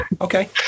Okay